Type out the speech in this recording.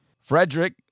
Frederick